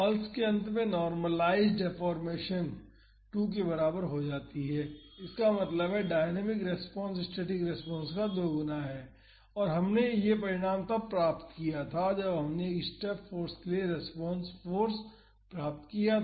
pulse के अंत में नॉर्मलाइज़्ड डेफोर्मेशन 2 के बराबर हो जाती है इसका मतलब है कि डायनामिक रेस्पॉन्स स्टैटिक रेस्पॉन्स का दोगुना है और हमने यह परिणाम तब प्राप्त किया था जब हमने एक स्टेप फाॅर्स के लिए रेस्पॉन्स फाॅर्स प्राप्त किया था